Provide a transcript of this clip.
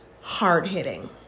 hard-hitting